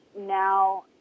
now